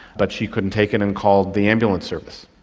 but she couldn't take it and called the ambulance service.